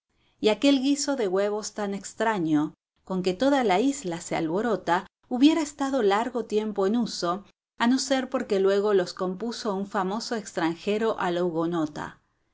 y aquel guiso de huevos tan extraño con que toda la isla se alborota hubiera estado largo tiempo en uso a no ser porque luego los compuso un famoso extranjero a la